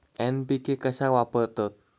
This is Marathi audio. एन.पी.के कशाक वापरतत?